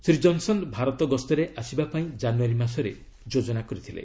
Shri Johnson Bharat ଗସ୍ତରେ ଆସିବା ପାଇଁ ଜାନୁଆରୀ ମାସରେ ଯୋଜନା କରିଥିଲେ